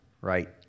Right